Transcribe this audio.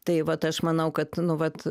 tai vat aš manau kad nu vat